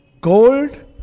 Gold